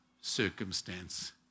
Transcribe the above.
circumstance